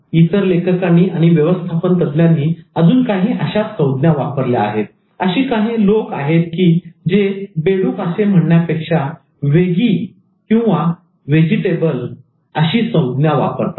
इतर लेखकांनी आणि व्यवस्थापन तज्ञांनी अजून काही अश्याच संज्ञा वापरल्या आहेत अशी काही लोक आहेत की जे बेडूक असे म्हणण्यापेक्षा 'veggie or vegetable' 'वेगी' अशी संज्ञा वापरतात